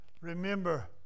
Remember